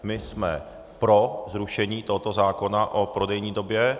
My jsme pro zrušení tohoto zákona o prodejní době.